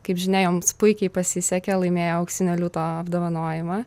kaip žinia joms puikiai pasisekė laimėjo auksinio liūto apdovanojimą